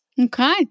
Okay